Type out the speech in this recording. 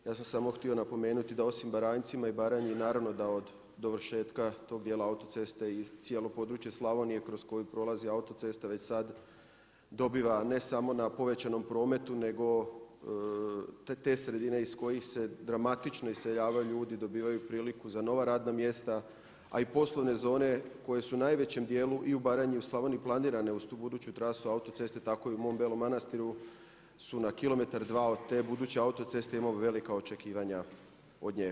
Ja sam samo htio napomenuti da osim Baranjcima i Baranji naravno da od dovršetka tog dijela autoceste i cijelo područje Slavonije kroz koju prolazi autocesta već sad dobiva ne samo na povećanom prometu, nego te sredine iz kojih se dramatično iseljavaju ljudi, dobivaju priliku za nova radna mjesta, a i poslovne zone koje su u najvećem dijelu i u Baranji i u Slavoniji planirane uz tu buduću trasu autoceste, tako i u mom Belom Manastiru su na kilometar, dva od te buduće autoceste imao bi velika očekivanja od nje.